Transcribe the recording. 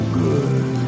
good